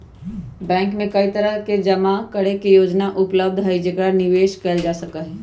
bank में कई तरह के जमा करे के योजना उपलब्ध हई जेकरा निवेश कइल जा सका हई